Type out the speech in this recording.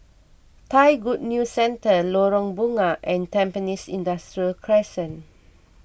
Thai Good News Centre Lorong Bunga and Tampines Industrial Crescent